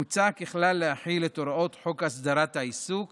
מוצע ככלל להחיל את הוראות חוק הסדרת העיסוק